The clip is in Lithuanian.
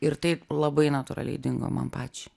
ir taip labai natūraliai dingo man pačiai